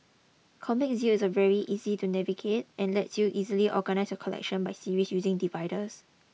Comic Zeal is very easy to navigate and lets you easily organise your collection by series using dividers